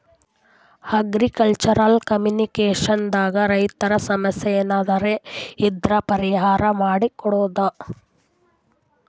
agriculture communication ದಾಗ್ ರೈತರ್ ಸಮಸ್ಯ ಏನರೇ ಇದ್ರ್ ಪರಿಹಾರ್ ಮಾಡ್ ಕೊಡ್ತದ್